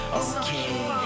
okay